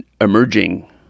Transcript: emerging